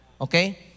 Okay